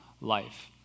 life